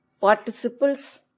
participles